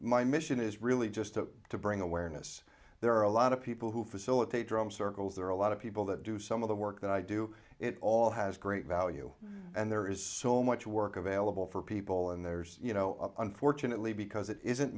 my mission is really just to to bring awareness there are a lot of people who facilitate drum circles there are a lot of people that do some of the work that i do it all has great value and there is so much work available for people and there's you know unfortunately because it isn't